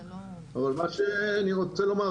אבל מה שאני רוצה לומר,